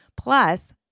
plus